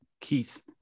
Keith